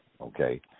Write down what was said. Okay